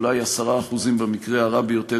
אולי 10% במקרה הרע ביותר,